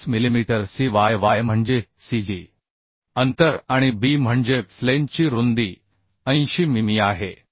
23 millimetre Cyy म्हणजे CG अंतर आणि B म्हणजे फ्लेंजची रुंदी 80 मिमी आहे